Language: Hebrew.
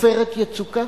"עופרת יצוקה"?